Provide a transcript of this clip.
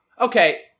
Okay